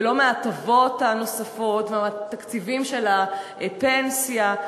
ולא מההטבות הנוספות ומהתקציבים של הפנסיה,